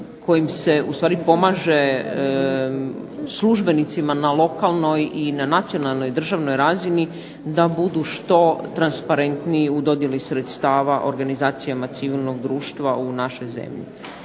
kojim se ustvari pomaže službenicima na lokalnoj i na nacionalnoj, državnoj razini da budu što transparentniji u dodjeli sredstava organizacijama civilnog društva u našoj zemlji.